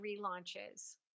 relaunches